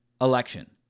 election